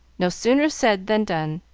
no sooner said than done.